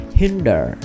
hinder